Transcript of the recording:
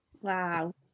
wow